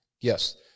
Yes